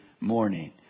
morning